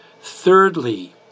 Thirdly